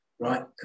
Right